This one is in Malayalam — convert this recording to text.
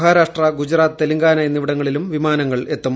മഹാരാഷ്ട്ര ഗുജറാത്ത് തെലങ്കാന എന്നിവിടങ്ങളിലും വിമാനങ്ങൾ എത്തും